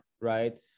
right